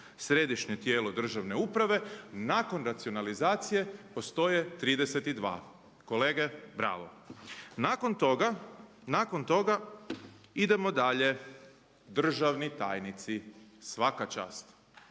središnje tijelo državne uprave, nakon racionalizacije postoje 32. Kolege, bravo. Nakon toga idemo dalje, državni tajnici, svaka čast.